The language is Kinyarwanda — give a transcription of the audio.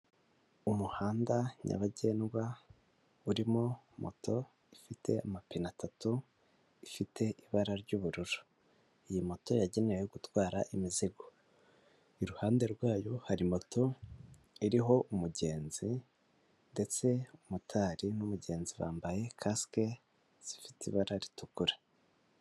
Umuhanda nyabagendwa urimo moto ifite amapine atatu, ifite ibara ry'ubururu, iyi moto yagenewe gutwara imizigo, iruhande rwayo hari moto iriho umugenzi ndetse motari n'umugenzi bambaye kasike zifite ibara ritukura.